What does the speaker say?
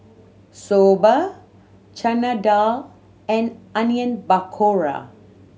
Soba Chana Dal and Onion Pakora